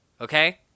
okay